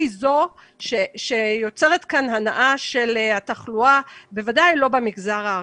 זו שיוצרת כאן הנעה של התחלואה בוודאי לא במגזר הערבי.